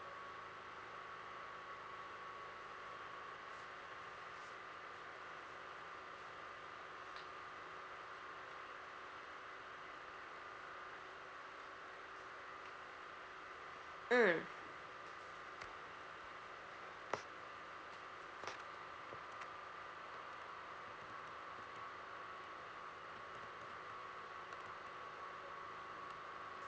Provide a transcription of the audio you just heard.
mm